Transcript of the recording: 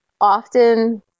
often